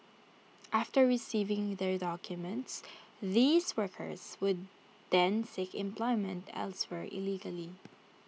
after receiving their documents these workers would then seek employment elsewhere illegally